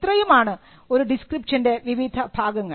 ഇത്രയുമാണ് ഒരു ഡിസ്ക്രിപ്ഷൻറെ വിവിധ ഭാഗങ്ങൾ